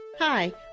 Hi